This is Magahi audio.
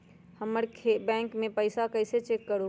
हमर बैंक में पईसा कईसे चेक करु?